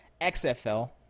XFL